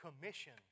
commission